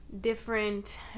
different